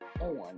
on